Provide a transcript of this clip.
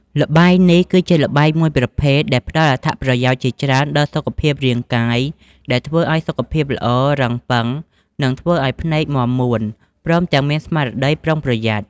ល្បែងនេះគឺជាល្បែងមួយប្រភេទដែលផ្តល់អត្ថប្រយោជន៍ជាច្រើនដល់សុខភាពរាងកាយដែលធ្វើឲ្យសុខភាពល្អ រឹងប៉ឹង និងធ្វើឲ្យភ្នែកមាំមួន ព្រមទាំងមានស្មារតីប្រុងប្រយ័ត្ន។